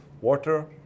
water